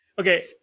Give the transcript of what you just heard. Okay